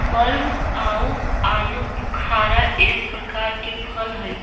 plum आउ आलूबुखारा एक प्रकार के फल हई